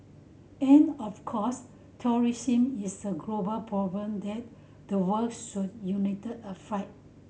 and of course terrorism is a global problem that the world should unite a fight